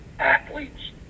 athletes